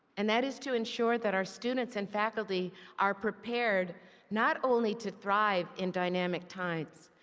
and that is to ensure that our students and faculty are prepared not only to thrive in dynamic times,